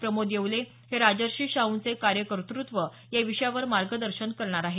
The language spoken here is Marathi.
प्रमोद येवले हे राजर्षी शाहूंचे कार्य कर्तृत्व या विषयावर मार्गदर्शन करणार आहेत